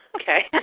Okay